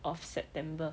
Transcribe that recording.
of september